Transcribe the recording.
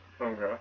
Okay